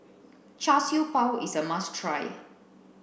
Char Siew Bao is a must try